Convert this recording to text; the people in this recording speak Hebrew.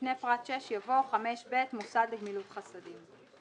לפני פרט 6 יבוא: "5ב.מוסד לגמילות חסדים."